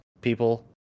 people